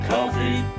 Coffee